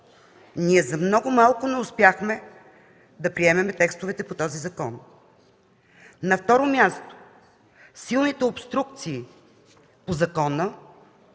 Ние за много малко не успяхме да приемем текстовете по този закон. На второ място, силните обструкции по закона,